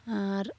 ᱟᱨ